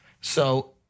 So-